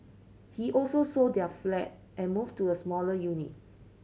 he also sold their flat and moved to a smaller unit